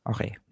Okay